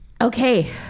Okay